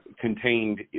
contained